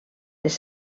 les